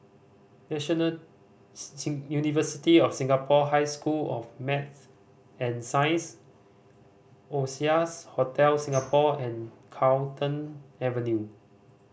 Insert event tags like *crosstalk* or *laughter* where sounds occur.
National *unintelligible* University of Singapore High School of Math and Science Oasias Hotel Singapore and Carlton Avenue